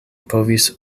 povis